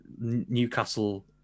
Newcastle